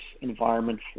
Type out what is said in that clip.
environment